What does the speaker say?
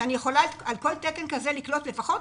כשעל כל תקן כזה אני יכולה לקלוט לפחות